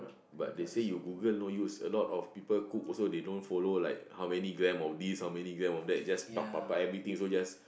but they say you Google no use a lot of people cook they also don't follow like how many gram of this how many gram of that everything just everything also just